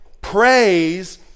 Praise